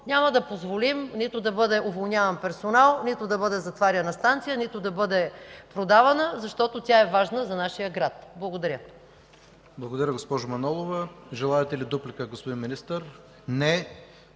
Няма да позволим нито да бъде уволняван персонал, нито да бъде затваряна станция, нито да бъде продавана, защото тя е важна за нашия град. Благодаря. ПРЕДСЕДАТЕЛ ИВАН К. ИВАНОВ: Благодаря, госпожо Манолова. Желаете ли дуплика, господин Министър? Не.